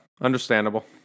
understandable